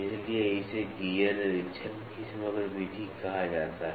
इसीलिए इसे गियर निरीक्षण की समग्र विधि कहा जाता है